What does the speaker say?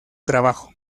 trabajo